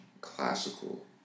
classical